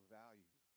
value